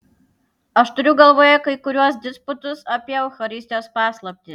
aš turiu galvoje kai kuriuos disputus apie eucharistijos paslaptį